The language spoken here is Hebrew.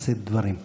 לשאת דברים.